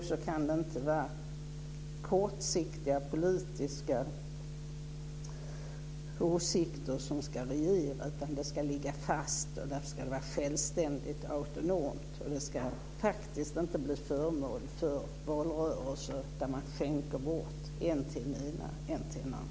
Då kan det inte vara kortsiktiga politiska åsikter som ska regera, utan de ska ligga fast. Därför ska det vara självständigt och autonomt, och det ska inte bli föremål för valrörelser där man skänker bort till än den ena, än den andra.